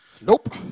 Nope